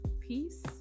peace